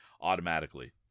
automatically